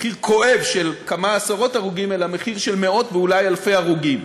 מחיר כואב של כמה עשרות הרוגים אלא מחיר של מאות ואולי אלפי הרוגים.